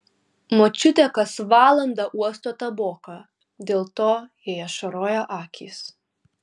močiutė kas valandą uosto taboką dėl to jai ašaroja akys